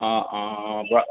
হয় হয়